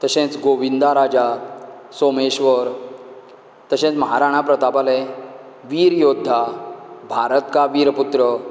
तशेंच गोविंदा राजा सोमेश्वर तशेंच महाराणा प्रतापालें वीर योध्दा भारत का वीर पुत्र